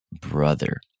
brother